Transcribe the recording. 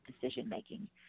decision-making